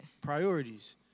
Priorities